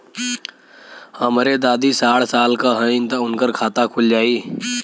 हमरे दादी साढ़ साल क हइ त उनकर खाता खुल जाई?